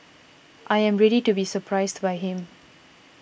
I am ready to be surprised by him